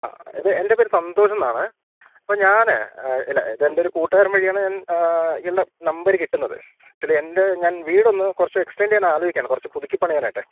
ആ ഇത് എൻ്റെ പര് സന്തോഷ്ന്നാണ് അപ്പ ഞാനേ ഇല്ല ഇത് എൻ്റെ ഒരു കൂട്ടുകാരൻ വഴിയാണ് ഞാൻ ഇയാൾട നമ്പർ കിട്ടുന്നത് പിന്നെ എൻ്റെ ഞാൻ വീടൊന്ന് കൊറച്ച് എക്സ്റ്റെൻഡ് ചെയ്യാൻ ആലോയിക്കയാണ് കൊറച്ച് പുതുക്കിപ്പണിയാനായിട്ടെ